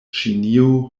ĉinio